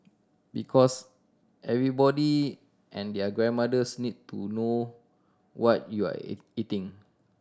because everybody and their grandmothers need to know what you are eating